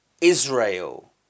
Israel